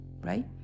right